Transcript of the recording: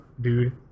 dude